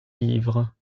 livres